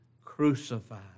crucified